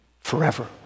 forever